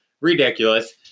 ridiculous